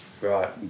Right